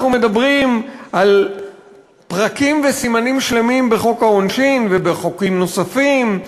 אנחנו מדברים על פרקים וסימנים שלמים בחוק העונשין ובחוקים נוספים,